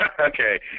Okay